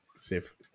Safe